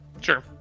Sure